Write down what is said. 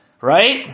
right